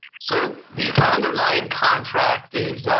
so the underlying contract,